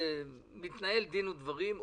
מתנהל דין ודברים,